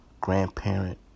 grandparent